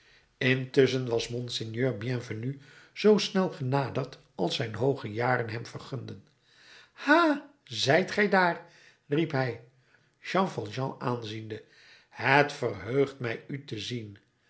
intusschen was monseigneur bienvenu zoo snel genaderd als zijn hooge jaren hem vergunden ha zijt gij daar riep hij jean valjean aanziende het verheugt mij u te zien